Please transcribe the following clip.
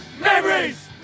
memories